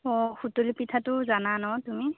অঁ সুতুলি পিঠাটো জানা ন তুমি